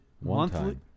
monthly